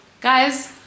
guys